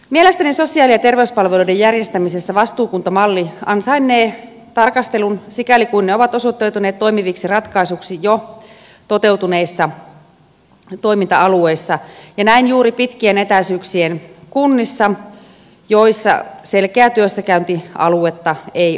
mielestäni sosiaali ja terveyspalveluiden järjestämisessä vastuukuntamalli ansainnee tarkastelun sikäli kuin se on osoittautunut toimivaksi ratkaisuksi jo toteutuneissa toiminta alueissa ja näin juuri pitkien etäisyyksien kunnissa joissa selkeää työssäkäyntialuetta ei ole